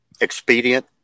expedient